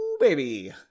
Baby